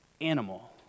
animal